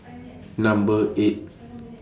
Number eight